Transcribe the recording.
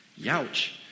Youch